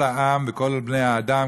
כל העם וכל בני-האדם,